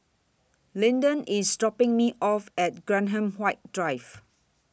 Lyndon IS dropping Me off At Graham White Drive